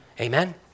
Amen